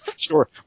Sure